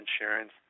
insurance